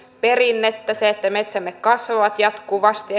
perinnettä metsämme kasvavat jatkuvasti